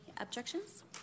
Objections